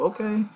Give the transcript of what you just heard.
Okay